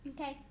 Okay